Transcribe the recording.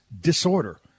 disorder